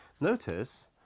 Notice